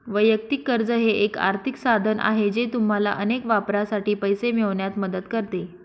वैयक्तिक कर्ज हे एक आर्थिक साधन आहे जे तुम्हाला अनेक वापरांसाठी पैसे मिळवण्यात मदत करते